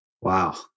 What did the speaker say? Wow